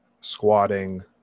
squatting